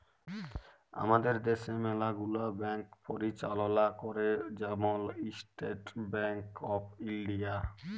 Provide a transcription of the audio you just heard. আমাদের দ্যাশে ম্যালা গুলা ব্যাংক পরিচাললা ক্যরে, যেমল ইস্টেট ব্যাংক অফ ইলডিয়া